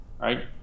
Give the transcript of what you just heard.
right